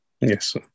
Yes